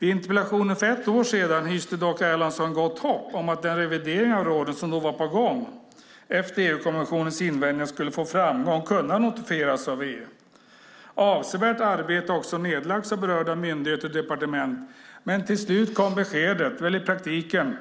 I interpellationsdebatten för ett år sedan hyste dock Erlandsson gott hopp om att den revidering av råden som var på gång efter EU-kommissionens invändningar skulle få framgång och kunna notifieras av EU. Avsevärt arbete har också nedlagts av berörda myndigheter och departement, men till slut kom beskedet - i praktiken väl